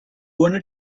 wanna